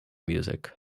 music